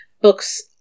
books